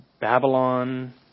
Babylon